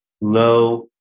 low